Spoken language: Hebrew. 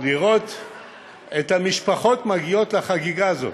לראות את המשפחות מגיעות לחגיגה הזאת,